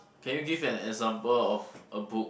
can you give an example of a book